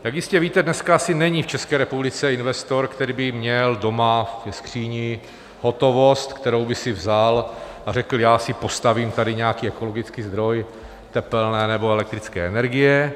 Jak jistě víte, dneska asi není v České republice investor, který by měl doma ve skříni hotovost, kterou by si vzal a řekl: Já si postavím tady nějaký ekologický zdroj tepelné nebo elektrické energie.